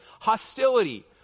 Hostility